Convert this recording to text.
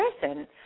person